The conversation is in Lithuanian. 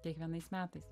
kiekvienais metais